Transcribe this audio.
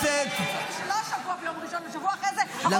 לא שבוע ראשון, שבוע אחרי זה --- תודה רבה.